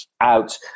out